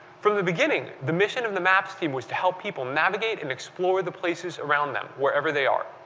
from the beginning the mission of the maps team was to help people navigate and explore the places around them wherever they are.